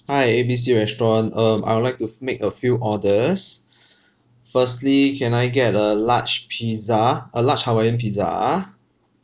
hi A B C restaurant um I would like to f~ make a few orders firstly can I get a large pizza a large hawaiian pizza